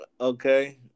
Okay